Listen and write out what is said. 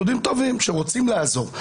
יהודים טובים שרוצים לעזור,